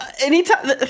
Anytime